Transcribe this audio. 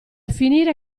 finire